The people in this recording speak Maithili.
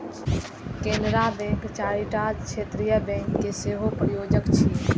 केनरा बैंक चारिटा क्षेत्रीय बैंक के सेहो प्रायोजक छियै